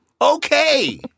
Okay